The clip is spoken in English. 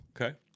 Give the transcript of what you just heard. Okay